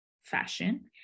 fashion